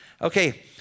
Okay